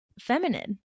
feminine